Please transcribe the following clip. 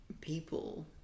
people